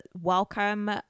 Welcome